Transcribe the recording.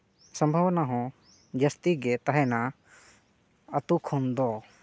ᱥᱚᱢᱵᱷᱟᱵᱚᱱᱟ ᱦᱚᱸ ᱡᱟᱹᱥᱛᱤ ᱜᱮ ᱛᱟᱦᱮᱱᱟ ᱟᱹᱛᱳ ᱠᱷᱚᱱ ᱫᱚ